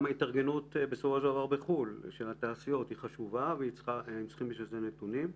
גם ההתארגנות בחו"ל של התעשיות חשובה וצריכים בשביל זה נתונים.